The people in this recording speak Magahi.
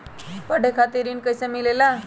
पढे खातीर ऋण कईसे मिले ला?